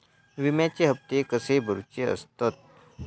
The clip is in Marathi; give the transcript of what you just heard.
विम्याचे हप्ते कसे भरुचे असतत?